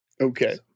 Okay